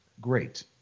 great